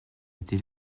été